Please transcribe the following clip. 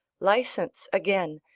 license again,